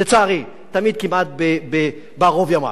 לצערי, תמיד כמעט בערוב ימיו.